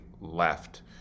left